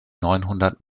neunhundert